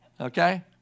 okay